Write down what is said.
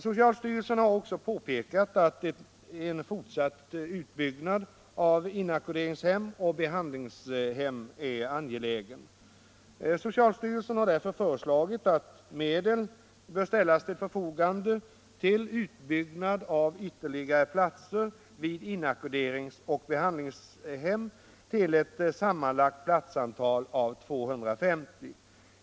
Socialstyrelsen har också påpekat att en fortsatt utbyggnad av inackorderingshem och behandlingshem är angelägen. Socialstyrelsen har därför föreslagit att medel ställs till förfogande för utbyggnad av ytterligare platser vid inackorderings och behandlingshem till ett sammanlagt platsantal av 250.